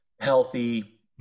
healthy